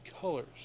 colors